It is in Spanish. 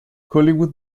hollywood